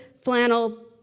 flannel